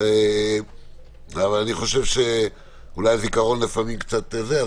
אם תבוא, חס וחלילה, "בזק" או